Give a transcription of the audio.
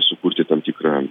sukurti tam tikrą